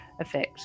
effect